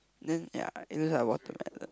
then ya it looks like a watermelon